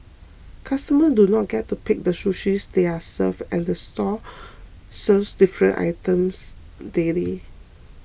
customers do not get to pick the sushi they are served and the store serves different items daily